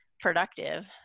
productive